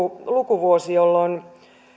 lukuvuosi jolloin